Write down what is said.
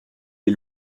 les